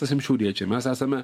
mes esam šiauriečiai mes esame